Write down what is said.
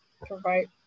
provide